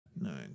nine